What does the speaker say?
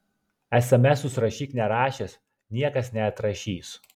esemesus rašyk nerašęs niekas neatrašys